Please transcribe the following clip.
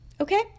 Okay